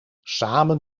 samen